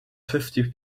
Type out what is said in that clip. fifty